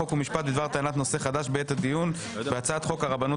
חוק ומשפט בדבר טענת נושא חדש בעת הדיון בהצעת חוק הרבנות